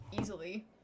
easily